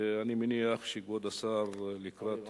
ואני מניח שכבוד השר, לקראת התשובה,